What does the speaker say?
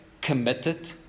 committed